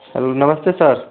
hello नमस्ते sir